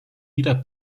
jeder